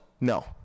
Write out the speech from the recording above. No